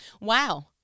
Wow